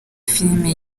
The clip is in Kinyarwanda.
filime